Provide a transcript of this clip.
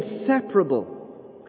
inseparable